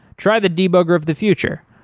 try the debugger of the future.